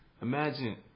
imagine